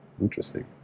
Interesting